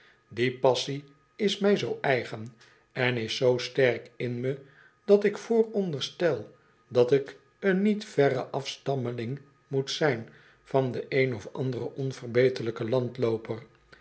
die passie is mij zoo eigen en is zoo sterk in me dat ik vooronderstel dat ik een niet verre afstammeling moet zyn van den een of anderen onverbeterlijke